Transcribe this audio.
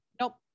nope